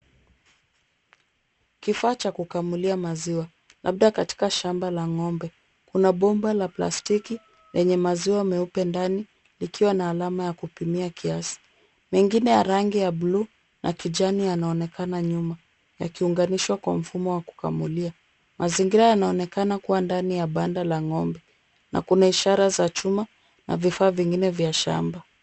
Kifaa cha kukamulia maziwa, labda katika shamba la ng'ombe. Kuna bomba la plastiki yenye maziwa meupe ndani ikiwa na alama ya kupimia kiasi. Mengine ya rangi ya buluu na kijani yanaonekana nyuma yakiunganishwa na mfumo wa kukamulia. Mazingira yanaonekana kuwa ndani ya banda la ng'ombe na kuna ishara ya chuma na vifaa vingine vya shamba.